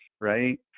right